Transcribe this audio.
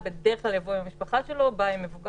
בדרך כלל הוא יבוא עם המשפחה שלו או עם מבוגר